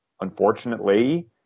unfortunately